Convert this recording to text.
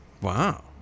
Wow